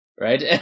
right